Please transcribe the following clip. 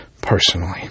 personally